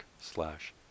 slash